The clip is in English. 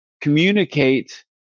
communicate